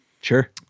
sure